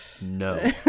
no